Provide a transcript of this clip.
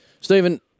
Stephen